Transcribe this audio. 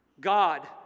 God